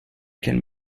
can